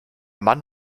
mann